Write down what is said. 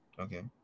okay